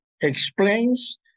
explains